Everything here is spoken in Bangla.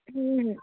হুম হুম